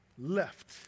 Left